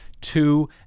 two